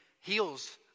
heals